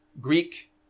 Greek